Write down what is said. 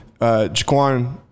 Jaquan